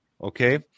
okay